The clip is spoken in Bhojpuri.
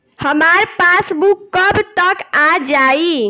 हमार पासबूक कब तक आ जाई?